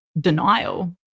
denial